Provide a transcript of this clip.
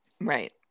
Right